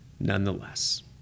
nonetheless